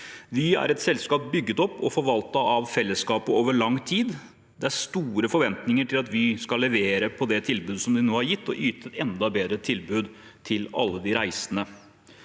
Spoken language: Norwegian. Vy er et selskap bygget opp og forvaltet av fellesskapet over lang tid. Det er store forventninger til at Vy skal levere på det tilbudet som de nå har gitt, og yte et enda bedre tilbud til alle de reisende.